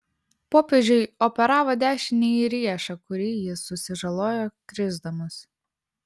popiežiui operavo dešinįjį riešą kurį jis susižalojo krisdamas